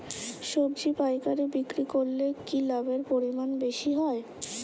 সবজি পাইকারি বিক্রি করলে কি লাভের পরিমাণ বেশি হয়?